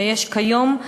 כפי שיש כיום,